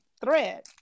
thread